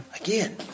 Again